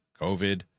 COVID